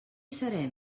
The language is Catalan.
serem